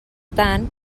tant